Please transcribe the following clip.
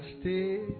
stay